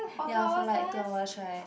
ya for like two hours right